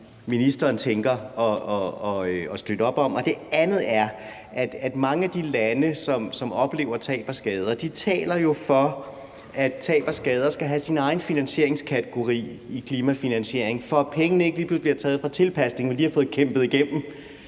ministeren tænker at støtte op om. Det andet er, at mange af de lande, som oplever tab og skader, taler for, at tab og skader skal have deres egen finansieringskategori i klimafinansiering, for at pengene ikke lige pludselig bliver taget fra tilpasning, som man lige har fået kæmpet igennem,